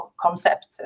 concept